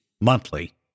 monthly